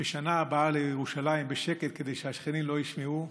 "לשנה הבאה בירושלים" בשקט, כדי שהשכנים לא ישמעו,